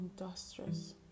industrious